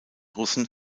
russen